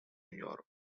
york